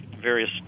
various